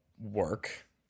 work